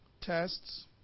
tests